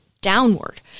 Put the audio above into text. downward